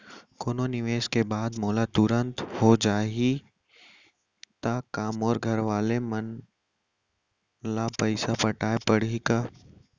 कोनो निवेश के बाद मोला तुरंत हो जाही ता का मोर घरवाले मन ला पइसा पटाय पड़ही का?